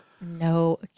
No